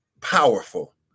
powerful